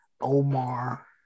Omar